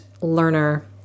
learner